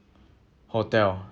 hotel